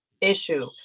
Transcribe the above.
issue